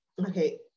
okay